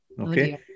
okay